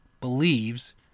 believes